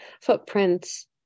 footprints